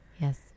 yes